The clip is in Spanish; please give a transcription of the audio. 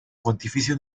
pontificia